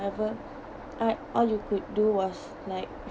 ~ever art all you could do was like